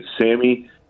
Sammy